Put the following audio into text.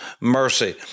mercy